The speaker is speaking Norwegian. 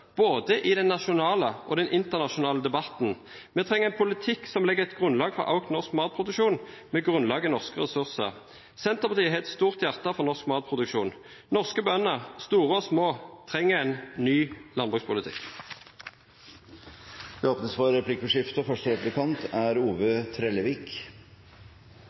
i både den nasjonale og den internasjonale debatten. Vi trenger en politikk som legger et grunnlag for økt norsk matproduksjon, med grunnlag i norske ressurser. Senterpartiet har et stort hjerte for norsk matproduksjon. Norske bønder, store og små, trenger en ny